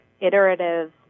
iterative